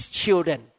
children